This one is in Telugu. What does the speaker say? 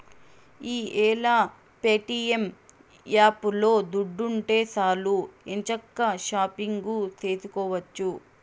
ఈ యేల ప్యేటియం యాపులో దుడ్డుంటే సాలు ఎంచక్కా షాపింగు సేసుకోవచ్చు